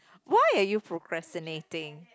why are you procrastinating